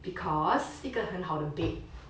because 一个很好的 bed